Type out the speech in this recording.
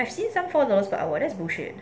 I've seen some four dollars per hour that's bullshit